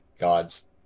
gods